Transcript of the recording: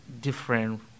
different